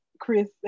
Chris